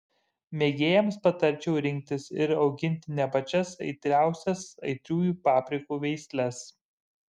mėgėjams patarčiau rinktis ir auginti ne pačias aitriausias aitriųjų paprikų veisles